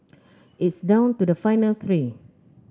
it's down to the final three